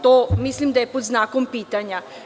To mislim da je pod znakom pitanja.